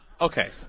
okay